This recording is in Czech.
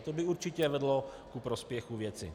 To by určitě vedlo ku prospěchu věci.